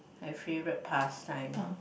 my favorite past time